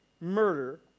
murder